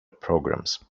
programmes